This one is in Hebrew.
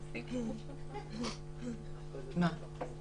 לא מנציגי הממשלה וגם לא מחברות הכנסת אני מעלה